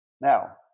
Now